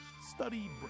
study